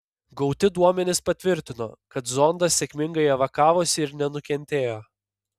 gauti duomenys patvirtino kad zondas sėkmingai evakavosi ir nenukentėjo